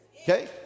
Okay